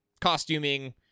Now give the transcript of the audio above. costuming